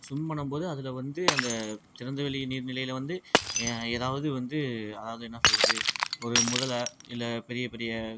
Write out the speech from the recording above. swim பண்ணும்போது அதில் வந்து அந்த திறந்த வெளி நீர் நிலையில் வந்து எதாவது வந்து அதாவது என்ன சொல்கிறது ஒரு முதலை இல்லை பெரியப் பெரிய